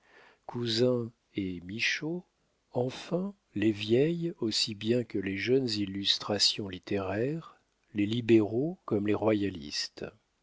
cousin et michaud enfin les vieilles aussi bien que les jeunes illustrations littéraires les libéraux comme les royalistes